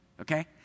okay